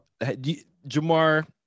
Jamar